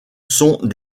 sont